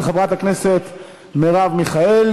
ההצבעה עכשיו על הצעתו של חבר הכנסת עמר בר-לב,